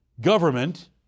government